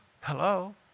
hello